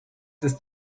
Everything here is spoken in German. ist